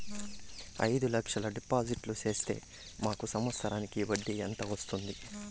అయిదు లక్షలు డిపాజిట్లు సేస్తే మాకు సంవత్సరానికి వడ్డీ ఎంత వస్తుంది?